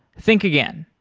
think again.